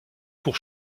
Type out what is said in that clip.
pour